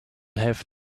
have